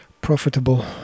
profitable